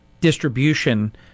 distribution